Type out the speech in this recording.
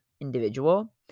individual